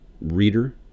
reader